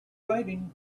waiting